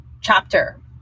chapter